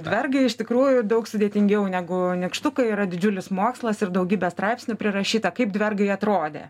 dvergai iš tikrųjų daug sudėtingiau negu nykštukai yra didžiulis mokslas ir daugybė straipsnių prirašyta kaip dvergai atrodė